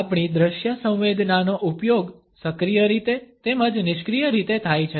આપણી દ્રશ્ય સંવેદનાનો ઉપયોગ સક્રિય રીતે તેમજ નિષ્ક્રિય રીતે થાય છે